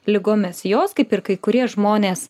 ligomis jos kaip ir kai kurie žmonės